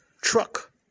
Truck